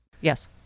Yes